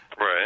Right